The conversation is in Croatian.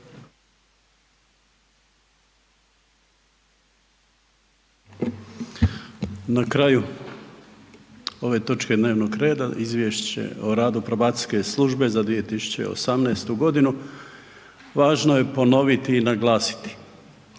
Na kraju ove točke dnevnog reda Izvješće o radu pobacijske službe za 2018. godinu važno je ponoviti i naglasiti